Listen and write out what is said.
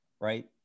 right